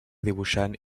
dibuixant